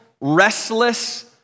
restless